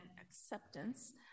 acceptance